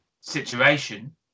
situation